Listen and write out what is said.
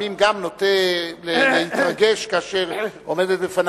גם אני נוטה לפעמים להתרגש כאשר עומדת בפני